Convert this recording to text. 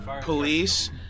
police